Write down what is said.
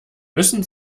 müssen